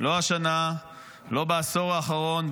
לא בעשור האחרון,